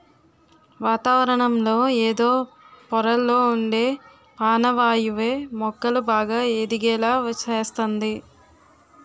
వాతావరణంలో ఎదో పొరల్లొ ఉండే పానవాయువే మొక్కలు బాగా ఎదిగేలా సేస్తంది